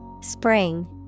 Spring